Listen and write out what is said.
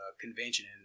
convention